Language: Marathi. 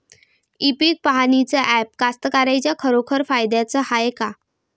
इ पीक पहानीचं ॲप कास्तकाराइच्या खरोखर फायद्याचं हाये का?